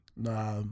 Nah